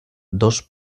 dos